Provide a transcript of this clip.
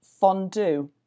fondue